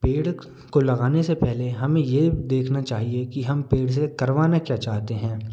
पेड़ को लगाने से पहले हमें ये देखना चाहिए कि हम पेड़ से करवाना क्या चाहते हैं